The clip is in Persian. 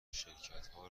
شرکتها